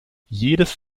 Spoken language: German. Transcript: jedes